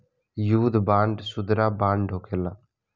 युद्ध बांड खुदरा बांड होखेला